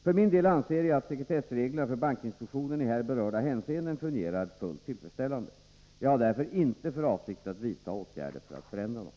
För min del anser jag att sekretessreglerna för bankinspektionen i här berörda hänseenden fungerar fullt tillfredsställande. Jag har därför inte för avsikt att vidta åtgärder för att förändra dem.